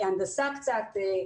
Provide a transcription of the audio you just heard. הנדסה קצת,